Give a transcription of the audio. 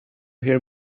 hear